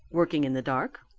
working in the dark,